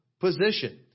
position